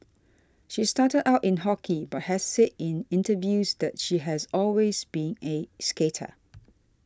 she started out in hockey but has said in interviews that she has always been a skater